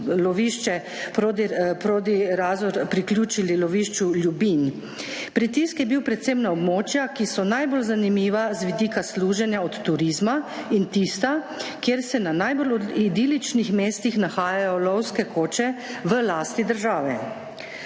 lovišče Proti Razor priključili lovišču Ljubin. Pritisk je bil predvsem na območja, ki so najbolj zanimiva z vidika služenja od turizma in tista, kjer se na najbolj idiličnih mestih nahajajo lovske koče v lasti države.